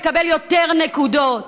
מקבל יותר נקודות.